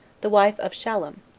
the wife of shallum,